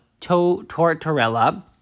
Tortorella